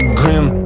grim